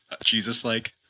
Jesus-like